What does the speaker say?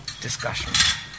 discussion